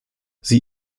sie